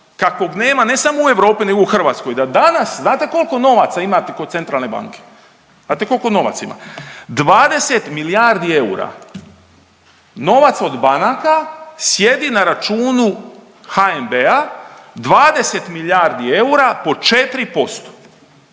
kakvog nema ne samo u Europi nego u Hrvatskoj da danas znate kolko novaca imate kod centralne banke, znate kolko novaca ima? 20 milijardi eura, novac od banaka sjedi na računu HNB-a 20 milijardi eura po 4%,